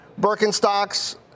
Birkenstocks